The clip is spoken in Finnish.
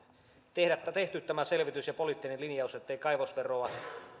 tehdä tämä selvitys ja poliittinen linjaus ettei kaivosveroa